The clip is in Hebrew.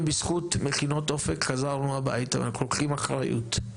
בזכות מכינות אופק חזרנו הביתה ואנחנו לוקחים אחריות.